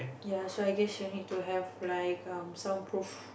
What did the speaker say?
ya so I guess you need to have like um sound proof